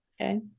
okay